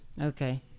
Okay